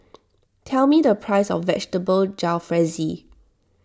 tell me the price of Vegetable Jalfrezi